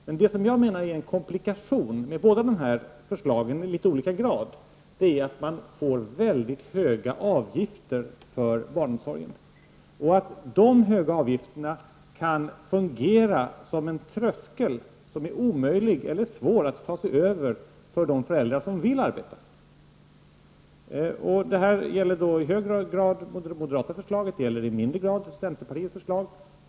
Men det som jag menar är en komplikation med båda förslagen, i varierande grad, är att det blir väldigt höga avgifter för barnomsorgen och att de höga avgifterna kan fungera som en tröskel som det är omöjligt, eller åtminstone svårt, att ta sig över för de föräldrar som vill arbeta. Det gäller i hög grad det moderata förslaget och i mindre utsträckning centerpartiets förslag.